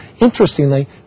Interestingly